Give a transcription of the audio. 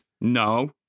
No